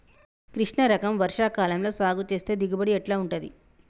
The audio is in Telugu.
కృష్ణ రకం వర్ష కాలం లో సాగు చేస్తే దిగుబడి ఎట్లా ఉంటది?